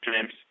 James